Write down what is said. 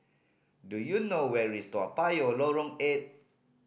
do you know where is Toa Payoh Lorong Eight